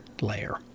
layer